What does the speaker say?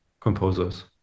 composers